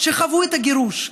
שחוו את הגירוש,